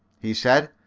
he said,